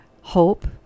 hope